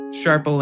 sharp